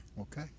Okay